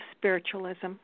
spiritualism